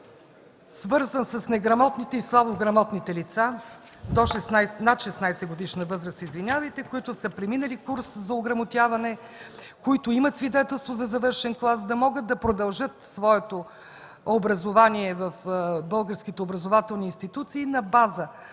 свързан с неграмотните и слабограмотните лица над 16-годишна възраст, които са преминали курс за ограмотяване, които имат свидетелство за завършен клас. Те да могат да продължат своето образование в българските образователни институции на база